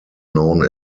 known